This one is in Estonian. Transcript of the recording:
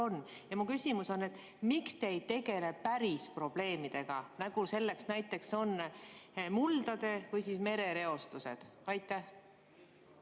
Ja mu küsimus on, et miks te ei tegele päris probleemidega, nagu näiteks muldade või mere reostus. Aitäh!